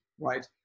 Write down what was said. right